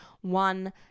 one